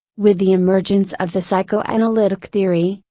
with the emergence of the psychoanalytic theory,